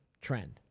trend